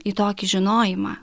į tokį žinojimą